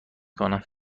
کنم